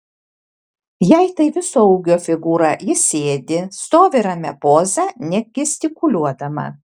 jei tai viso ūgio figūra ji sėdi stovi ramia poza negestikuliuodama